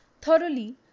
Thoroughly